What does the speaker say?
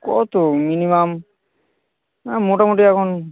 কত মিনিমাম মোটামুটি এখন